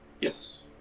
yes